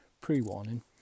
Pre-warning